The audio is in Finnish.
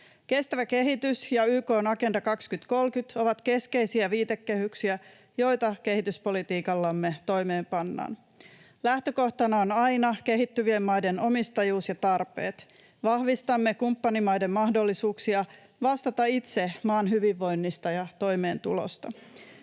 Kestävä kehitys ja YK:n Agenda 2030 ovat keskeisiä viitekehyksiä, joita kehityspolitiikallamme toimeenpannaan. Lähtökohtana ovat aina kehittyvien maiden omistajuus ja tarpeet. Vahvistamme kumppanimaiden mahdollisuuksia vastata itse maan hyvinvoinnista ja toimeentulosta.